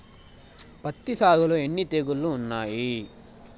పత్తి సాగులో ఎన్ని తెగుళ్లు ఉంటాయి?